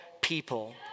people